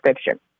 scripture